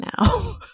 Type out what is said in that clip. now